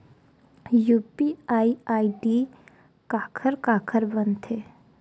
UPI ID काखर काखर बनथे?